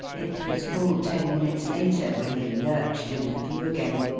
it was full ten minutes later when he lurched into view again,